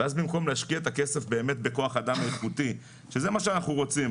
ואז במקום להשקיע את הכסף בכוח אדם איכותי שזה מה שאנחנו רוצים,